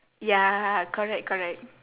ya correct correct